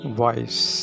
voice